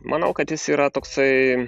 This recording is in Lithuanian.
manau kad jis yra toksai